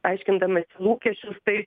aiškindami lūkesčius tai